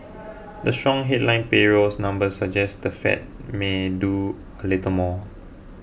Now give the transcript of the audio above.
the strong headline payrolls numbers suggest the Fed may do a little more